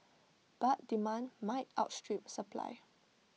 but demand might outstrip supply